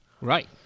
Right